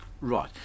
Right